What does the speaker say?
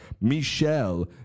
Michelle